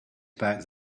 about